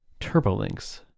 Turbolinks